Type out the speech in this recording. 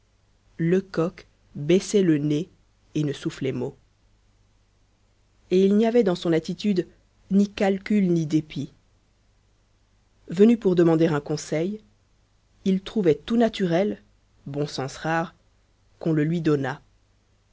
lecoq baissait le nez et ne soufflait mot et il n'y avait dans son attitude ni calcul ni dépit venu pour demander un conseil il trouvait tout naturel bon sens rare quon le lui donnât